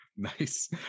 nice